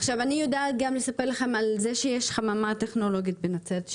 עכשיו אני יודעת גם לספר לכם על זה שיש חממה טכנולוגית בנצרת,